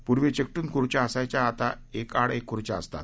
पूर्वी चिक्रि खुर्च्या असायच्या आता एका आड एक खुर्च्या असतात